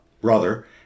brother